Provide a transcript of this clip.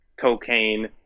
cocaine